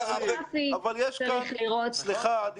התרבות והספורט): על בסיס מתווה.